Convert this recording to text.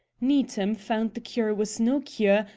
needham found the cure was no cure,